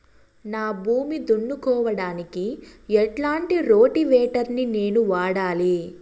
నా భూమి దున్నుకోవడానికి ఎట్లాంటి రోటివేటర్ ని నేను వాడాలి?